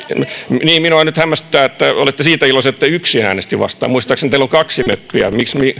niin minua nyt hämmästyttää että olette siitä iloisia että yksi äänesti vastaan muistaakseni teillä on kaksi meppiä